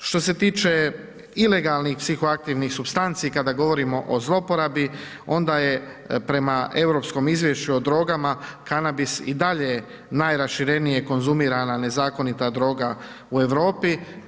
Što se tiče ilegalnih psihoaktivnih supstanci kada govorimo o zlouporabi onda je prema Europskom izvješću o drogama kanabis i dalje najraširenije konzumirana nezakonita droga u Europi.